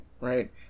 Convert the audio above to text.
Right